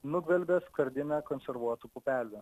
nugvelbė skardinę konservuotų pupelių